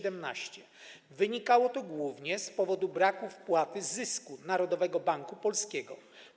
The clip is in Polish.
Wynikało to głównie z powodu braku wpłaty zysku Narodowego Banku Polskiego.